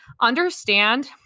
understand